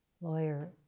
lawyer